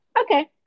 okay